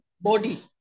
body